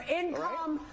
income